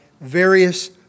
various